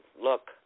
look